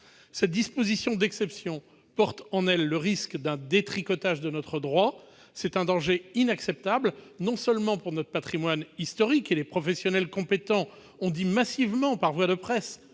Cette disposition d'exception porte en elle le risque d'un détricotage de notre droit. C'est un danger inacceptable, non seulement pour notre patrimoine historique- les professionnels ont massivement exprimé